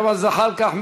ג'מאל זחאלקה,